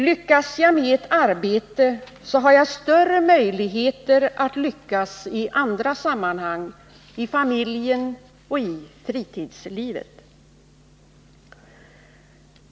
Lyckas jag med ett arbete, har jag större möjligheter att lyckas i andra sammanhang — i familjen och i fritidslivet.